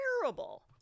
terrible